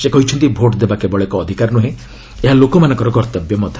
ସେ କହିଛନ୍ତି ଭୋଟ୍ ଦେବା କେବଳ ଏକ ଅଧିକାର ନୃହେଁ ଏହା ଲୋକମାନଙ୍କର କର୍ଭବ୍ୟ ମଧ୍ୟ